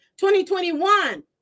2021